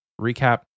recap